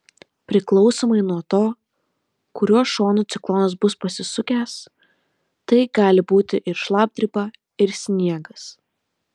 priklausomai nuo to kuriuo šonu ciklonas bus pasisukęs tai gali būti ir šlapdriba ir sniegas